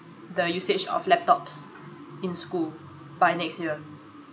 the usage of laptops in school by next year